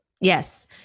Yes